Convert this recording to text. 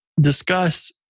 discuss